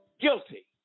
guilty